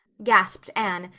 gasped anne,